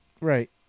right